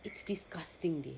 it's disgusting they